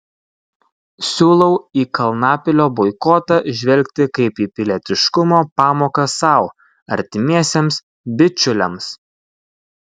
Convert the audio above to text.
siūlau į kalnapilio boikotą žvelgti kaip į pilietiškumo pamoką sau artimiesiems bičiuliams